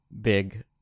big